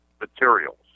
materials